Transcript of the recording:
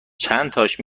چنتاش